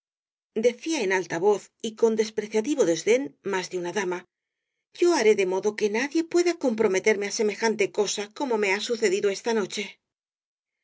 alta voz y con despreciativo desdén más de una dama yo haré de modo que nadie pueda comprometerme á semejante cosa como me ha sucedido esta noche